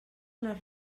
les